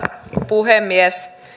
puhemies